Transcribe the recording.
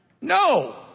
No